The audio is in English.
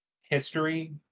history